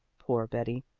poor betty!